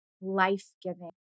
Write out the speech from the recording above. life-giving